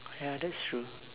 oh ya that's true